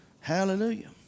Hallelujah